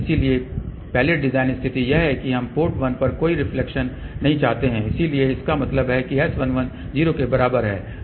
इसलिए पहली डिज़ाइन स्थिति यह है कि हम पोर्ट 1 पर कोई रिफ्लेक्शन नहीं चाहते हैं इसलिए इसका मतलब है कि S11 0 के बराबर है